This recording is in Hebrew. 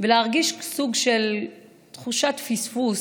ולהרגיש סוג של תחושת פספוס,